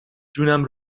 جونم